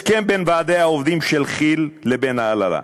הסכם בין ועדי העובדים של כי"ל לבין ההנהלה,